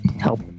Help